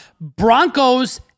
Broncos